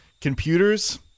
Computers